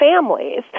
families